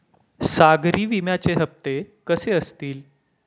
सागरी विम्याचे हप्ते कसे असतील?